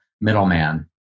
middleman